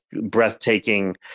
breathtaking